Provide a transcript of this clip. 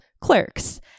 Clerks